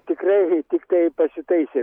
tikrai tiktai pasitaisė